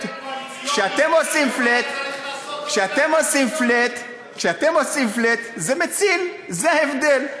כשאתם עושים flat זה מציל, זה ההבדל.